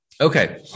Okay